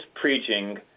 preaching